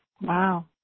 Wow